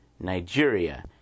Nigeria